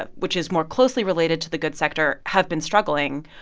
ah which is more closely related to the goods sector, have been struggling,